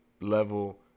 level